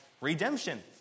redemption